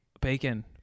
Bacon